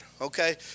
Okay